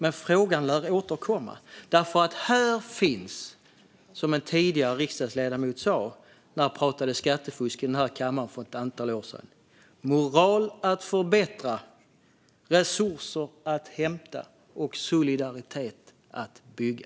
Men frågan lär återkomma, för här finns - som en tidigare riksdagsledamot sa när han pratade skattefusk för ett antal år sedan - moral att förbättra, resurser att hämta och solidaritet att bygga.